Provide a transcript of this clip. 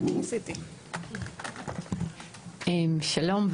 שלום,